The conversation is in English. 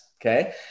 Okay